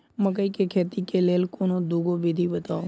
मकई केँ खेती केँ लेल कोनो दुगो विधि बताऊ?